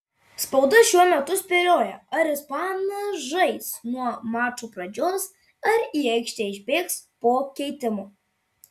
spauda šiuo metu spėlioja ar ispanas žais nuo mačo pradžios ar į aikštę išbėgs po keitimo